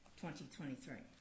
2023